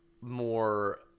more